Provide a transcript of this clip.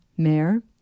Mayor